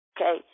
Okay